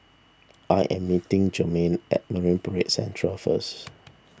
I am meeting Jermaine at Marine Parade Central first